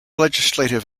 legislative